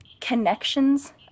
connections